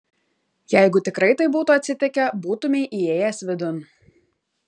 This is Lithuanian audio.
jeigu tikrai taip būtų atsitikę būtumei įėjęs vidun